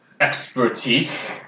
Expertise